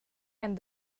and